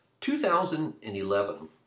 2011